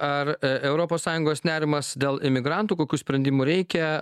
ar europos sąjungos nerimas dėl imigrantų kokių sprendimų reikia